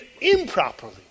improperly